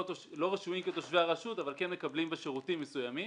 רשומים כתושבי הרשות אבל כן מקבלים בה שירותים מסוימים.